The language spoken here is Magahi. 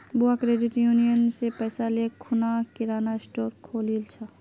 बुआ क्रेडिट यूनियन स पैसा ले खूना किराना स्टोर खोलील छ